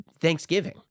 Thanksgiving